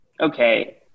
okay